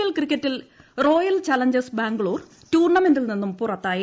L ക്രിക്കറ്റിൽ royal challengers Bangalore ടൂർണ മെന്റിൽ നിന്നും പുറത്തായി